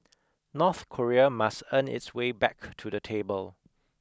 North Korea must earn its way back to the table